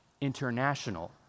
international